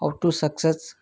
how to success